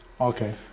Okay